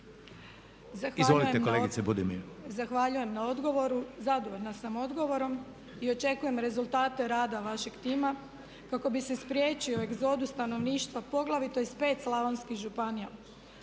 **Budimir, Marija (HDZ)** Zahvaljujem na odgovoru. Zadovoljna sam odgovorom i očekujem rezultate rada vašeg tima kako bi se spriječio egzodus stanovništva poglavito iz 5 slavonskih županija.